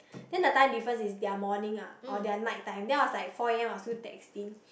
then the time difference is their morning ah or their nighttime then I'm was like four A_M I'm still texting